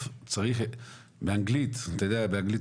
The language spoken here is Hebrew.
אתה יודע, באנגלית